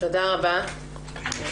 תודה רבה אמרת